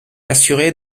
assuré